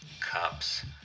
cups